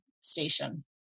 station